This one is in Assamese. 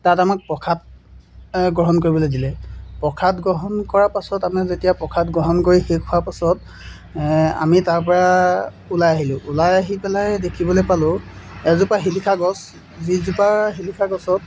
তাত আমাক প্ৰসাদ গ্ৰহণ কৰিবলৈ দিলে প্ৰসাদ গ্ৰহণ কৰাৰ পাছত আমি যেতিয়া প্ৰসাদ গ্ৰহণ কৰি শেষ হোৱাৰ পাছত আমি তাৰপৰা ওলাই আহিলোঁ ওলাই আহি পেলাই দেখিবলৈ পালোঁ এজোপা শিলিখা গছ যিজোপা শিলিখা গছত